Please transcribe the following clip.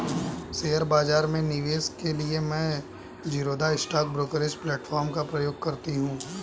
share बाजार में निवेश के लिए मैं ज़ीरोधा स्टॉक ब्रोकरेज प्लेटफार्म का प्रयोग करती हूँ